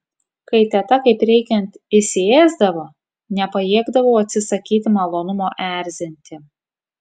kai teta kaip reikiant įsiėsdavo nepajėgdavau atsisakyti malonumo erzinti